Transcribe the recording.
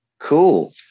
Cool